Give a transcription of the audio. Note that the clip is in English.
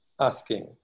asking